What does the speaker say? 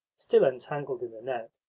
still entangled in the net,